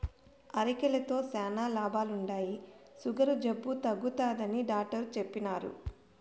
అరికెలతో శానా లాభాలుండాయి, సుగర్ జబ్బు తగ్గుతాదని డాట్టరు చెప్పిన్నారు